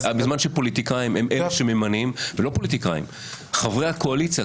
פוליטיקאים הם אלה שממנים ולא פוליטיקאים אלא חברי הקואליציה.